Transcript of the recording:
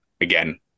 again